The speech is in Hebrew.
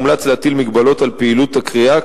מומלץ להטיל הגבלות על פעילות הכרייה,